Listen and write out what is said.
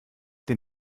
den